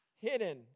hidden